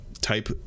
type